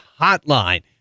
hotline